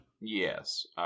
Yes